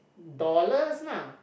dollars lah